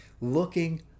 looking